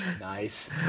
nice